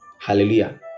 Hallelujah